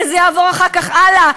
וזה יעבור אחר כך הלאה.